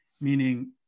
meaning